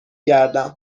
گردم